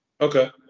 Okay